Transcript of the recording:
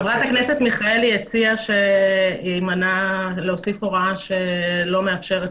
חברת הכנסת מיכאלי הציעה להוסיף הוראה שלא מאפשרת